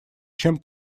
чем